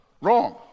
Wrong